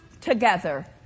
together